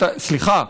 סליחה,